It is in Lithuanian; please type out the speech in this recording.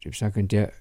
taip sakant tie